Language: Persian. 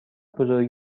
بزرگ